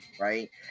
right